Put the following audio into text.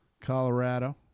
Colorado